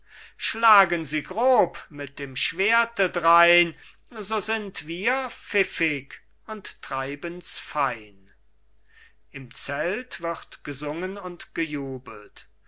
schlagen sie grob mit dem schwerte drein so sind wir pfiffig und treibens fein im zelt wird gesungen und gejubelt